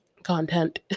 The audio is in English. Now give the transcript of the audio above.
content